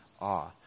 awe